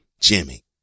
Jimmy